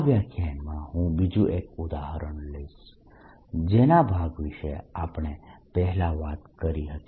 આ વ્યાખ્યાનમાં હું બીજું એક ઉદાહરણ લઈશ જેના ભાગ વિષે આપણે પહેલા વાત કરી હતી